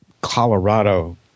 Colorado